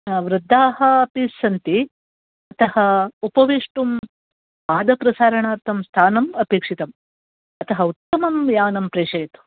बृद्धाः अपि सन्ति अतः उपवेष्टुं पादप्रसारणार्थं स्थानम् आपेक्षितम् अतः उत्तमं यानं प्रेषयतु